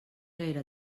gaire